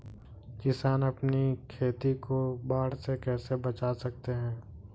किसान अपनी खेती को बाढ़ से कैसे बचा सकते हैं?